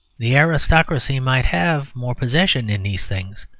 the aristocracy might have more possession in these things,